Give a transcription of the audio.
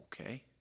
okay